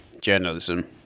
journalism